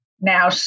now